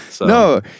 No